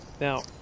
Now